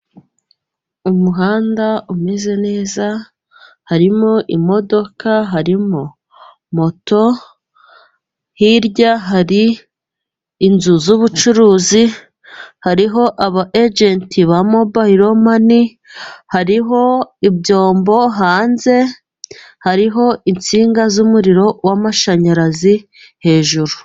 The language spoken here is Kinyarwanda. Umuhanda umeze neza harimo imodoka, harimo moto, hirya hari inzu z'ubucuruzi, hariho aba ejenti ba mobayilo mani, hariho ibyombo, hanze hariho insinga z'umuriro w'amashanyarazi hejuru.